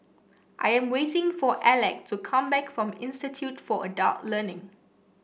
I am waiting for Alec to come back from Institute for Adult Learning